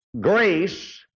grace